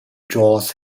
draws